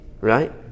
right